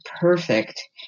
perfect